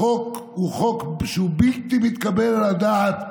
החוק הוא חוק שהוא בלתי מתקבל על הדעת.